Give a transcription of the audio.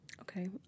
Okay